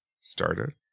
started